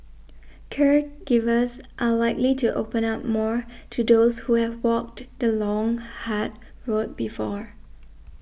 caregivers are likely to open up more to those who have walked the long hard road before